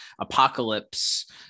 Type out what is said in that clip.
apocalypse